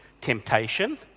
temptation